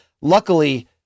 Luckily